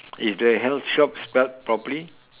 is the health shop spelt properly